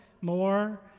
more